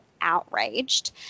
outraged